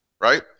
right